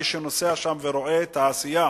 מי שנוסע שם ורואה את העשייה